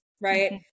right